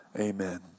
amen